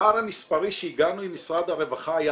הפער המספרי שהגענו עם משרד הרווחה היה